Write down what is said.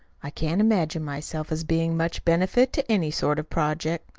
i can't imagine myself as being much benefit to any sort of project.